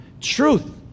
truth